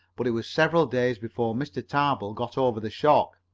but it was several days before mr. tarbill got over the shock.